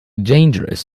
dangerous